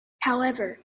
however